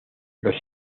los